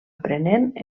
aprenent